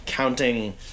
Counting